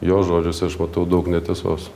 jo žodžiuose aš matau daug netiesos